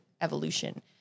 evolution